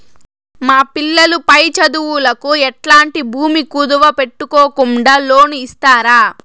మా పిల్లలు పై చదువులకు ఎట్లాంటి భూమి కుదువు పెట్టుకోకుండా లోను ఇస్తారా